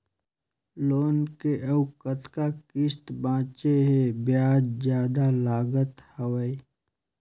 Loan के अउ कतका किस्त बांचें हे? ब्याज जादा लागत हवय,